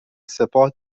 سپاه